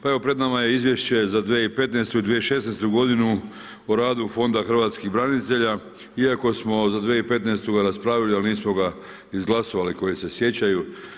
Pa evo, pred nama je izvješće za 2015. i 2016. godinu o radu Fonda hrvatskih branitelja iako smo za 2015. raspravljali, ali nismo ga izglasovali koji se sjećaju.